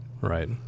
right